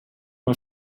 mal